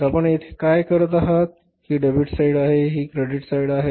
तर आपण येथे काय करत आहोत ही डेबिट साइड आहे आणि ही क्रेडिट आहे